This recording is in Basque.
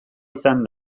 izan